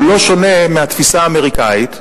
הוא לא שונה מהתפיסה האמריקנית,